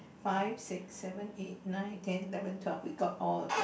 five six seven eight nine ten eleven twelve we got all of them